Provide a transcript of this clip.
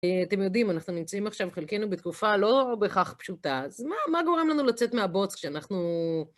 אתם יודעים, אנחנו נמצאים עכשיו, חלקנו בתקופה לא בהכרח פשוטה, אז מה גורם לנו לצאת מהבוץ כשאנחנו...